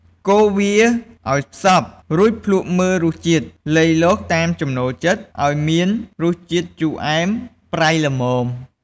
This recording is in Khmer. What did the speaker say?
កូរវាឱ្យសព្វ រួចភ្លក្សមើលរសជាតិ លៃលកតាមចំណូលចិត្តឱ្យមានរសជាតិជូរអែម ប្រៃល្មម។